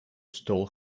стол